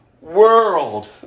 world